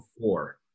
four